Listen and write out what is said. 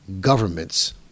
governments